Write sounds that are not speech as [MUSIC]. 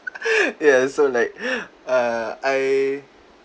[LAUGHS] ya so like err I